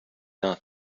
not